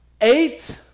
eight